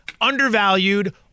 undervalued